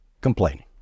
complaining